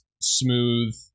smooth